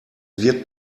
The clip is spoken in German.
wird